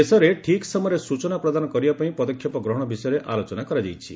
ଦେଶରେ ଠିକ୍ ସମୟରେ ସ୍ଚଚନା ପ୍ରଦାନ କରିବା ପାଇଁ ପଦକ୍ଷେପ ଗ୍ରହଣ ବିଷୟରେ ଆଲୋଚନା କରାଯାଇଛି